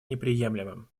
неприемлемым